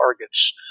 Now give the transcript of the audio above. targets